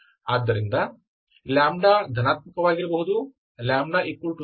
ಆದ್ದರಿಂದ λ ಧನಾತ್ಮಕವಾಗಿರಬಹುದು λ 0 ಅಥವಾ λ 0 ಇರಬಹುದು